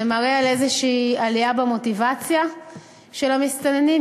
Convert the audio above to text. זה מראה על איזושהי עלייה במוטיבציה של המסתננים.